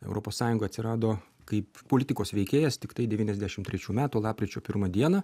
europos sąjunga atsirado kaip politikos veikėjas tiktai devyniasdešim trečių metų lapkričio pirmą dieną